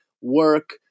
work